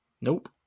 Nope